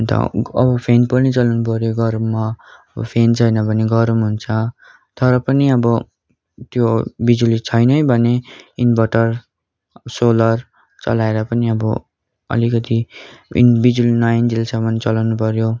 अन्त अब फ्यान पनि चलाउनु पऱ्यो गरममा अब फ्यान छैन भने अब गरम हुन्छ तर पनि अब त्यो बिजुली छैनै भने इन्भटर सोलर चलाएर पनि अब अलिकति बिजुली नआइन्जेलसम्म चलाउनु पऱ्यो